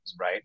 right